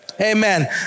Amen